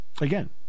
Again